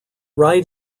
right